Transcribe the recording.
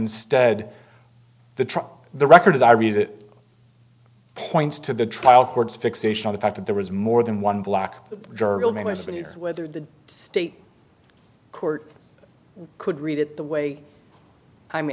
stead the trial the record as i read it points to the trial court's fixation on the fact that there was more than one block whether the state court could read it the way i